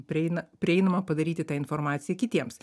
prieina prieinama padaryti tą informaciją kitiems